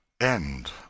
End